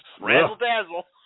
Razzle-dazzle